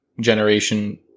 generation